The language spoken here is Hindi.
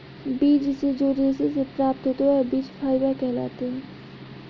बीज से जो रेशे से प्राप्त होते हैं वह बीज फाइबर कहलाते हैं